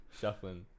Shuffling